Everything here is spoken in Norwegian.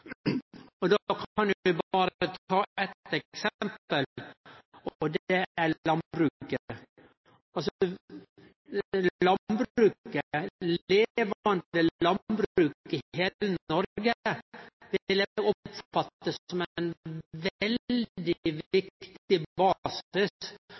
Og då kan vi berre ta eitt eksempel, og det er landbruket. Landbruket, eit levande landbruk i heile Noreg, vil eg oppfatte som ein veldig